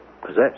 Possessed